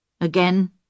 Again